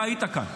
אתה היית כאן,